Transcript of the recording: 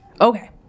okay